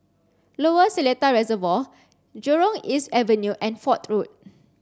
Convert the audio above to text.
Lower Seletar Reservoir Jurong East Avenue and Fort Road